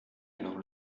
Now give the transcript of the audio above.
alors